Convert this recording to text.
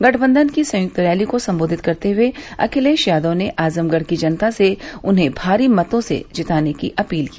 गठबंधन की संयुक्त रैली को संबेधित करते हुए अखिलेश यादव ने आजमगढ़ की जनता से उन्हें भारी मतों से जिताने की अपील की